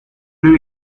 lui